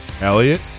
Elliot